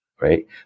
Right